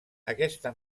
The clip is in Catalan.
aquesta